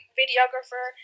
videographer